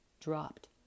dropped